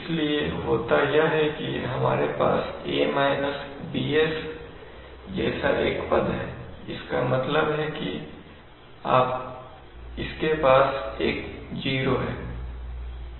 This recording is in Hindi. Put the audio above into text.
इसलिए होता यह है कि हमारे पास a bs जैसा एक पद है जिसका मतलब है इसके पास एक ज़ीरो है